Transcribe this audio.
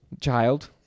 child